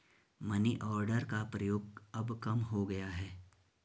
money order का प्रयोग अब कम हो गया है